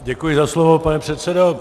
Děkuji za slovo, pane předsedo.